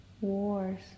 wars